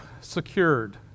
secured